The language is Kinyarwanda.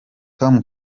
tom